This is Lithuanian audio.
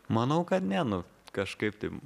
manau kad ne nu kažkaip tai